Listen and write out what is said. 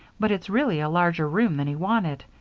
but it's really a larger room than he wanted.